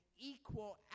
equal